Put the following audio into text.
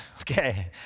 Okay